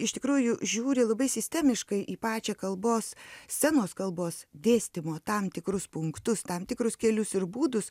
iš tikrųjų žiūri labai sistemiškai į pačią kalbos scenos kalbos dėstymo tam tikrus punktus tam tikrus kelius ir būdus